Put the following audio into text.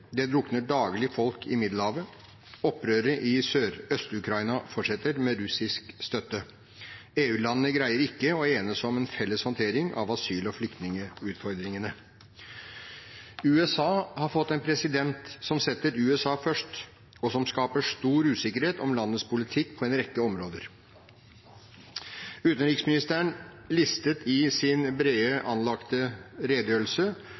Det drukner daglig folk i Middelhavet. Opprøret i Øst-Ukraina fortsetter, med russisk støtte. EU-landene greier ikke å enes om en felles håndtering av asyl- og flyktningutfordringene. USA har fått en president som setter USA først, og som skaper stor usikkerhet om landets politikk på en rekke områder. Utenriksministeren listet i sin bredt anlagte redegjørelse